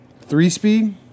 Three-speed